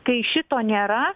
kai šito nėra